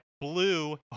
Blue